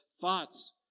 thoughts